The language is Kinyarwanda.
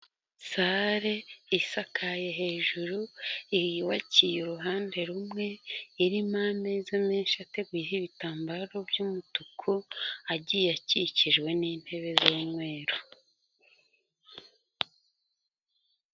Sale isakaye hejuru, uyubakiye uruhande rumwe, irimo ameza menshi ateguyeho ibitambaro by'umutuku, agiye akikijwe n'intebe z'umweru.